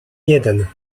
jeden